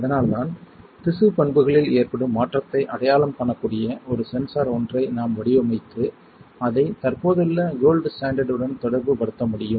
அதனால்தான் திசுப் பண்புகளில் ஏற்படும் மாற்றத்தை அடையாளம் காணக்கூடிய ஒரு சென்சார் ஒன்றை நாம் வடிவமைத்து அதை தற்போதுள்ள கோல்ட் ஸ்டாண்டர்ட் உடன் தொடர்புபடுத்த முடியும்